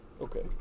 Okay